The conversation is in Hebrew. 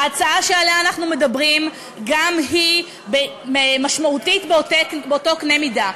ההצעה שעליה אנחנו מדברים גם היא משמעותית באותו קנה מידה.